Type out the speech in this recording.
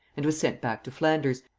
and was sent back to flanders,